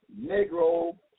Negro